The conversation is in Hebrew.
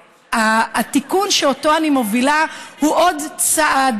התיקון שאותו אני מובילה הוא עוד צעד